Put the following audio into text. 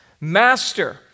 Master